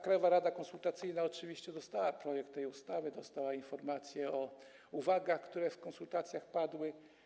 Krajowa rada konsultacyjna oczywiście dostała projekt tej ustawy, dostała informacje o uwagach, które w ramach konsultacji padły.